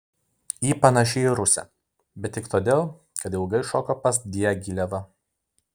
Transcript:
ji panaši į rusę bet tik todėl kad ilgai šoko pas diagilevą